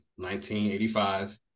1985